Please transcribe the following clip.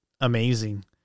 amazing